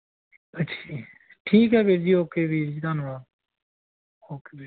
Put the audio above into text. ਅੱਛਾ ਜੀ ਠੀਕ ਹੈ ਵੀਰ ਜੀ ਓਕੇ ਵੀਰ ਜੀ ਧੰਨਵਾਦ ਓਕੇ ਵੀਰ ਜੀ